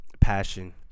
Passion